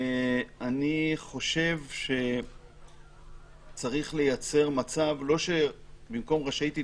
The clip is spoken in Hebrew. אני חושב שצריך לייצר מצב במקום "רשאית היא"